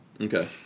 Okay